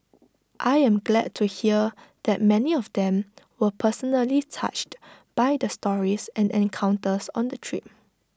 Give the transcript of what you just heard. I am glad to hear that many of them were personally touched by the stories and encounters on the trip